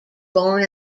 born